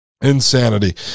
insanity